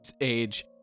age